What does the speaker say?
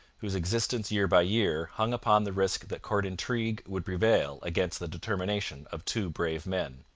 whose existence year by year hung upon the risk that court intrigue would prevail against the determination of two brave men.